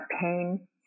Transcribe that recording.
pain